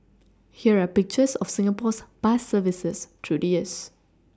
here are pictures of Singapore's bus services through the years